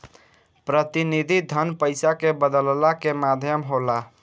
प्रतिनिधि धन पईसा के बदलला के माध्यम होला